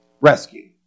rescue